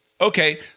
Okay